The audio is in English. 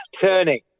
turning